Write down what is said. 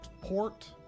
port